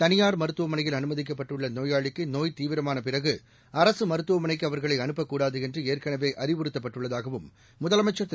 தளியார் மருத்துவமனையில் அனுமதிக்கப்பட்டுள்ள நோயாளிக்கு நோய்த் தீவிரமான பிறகு அரசு மருத்துவமனைக்கு அவர்களை அனுப்பக்கூடாது என்று ஏற்கனவே அறிவுறுத்தப்பட்டுள்ளதாக முதலமைச்சர் திரு